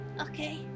Okay